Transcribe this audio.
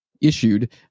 issued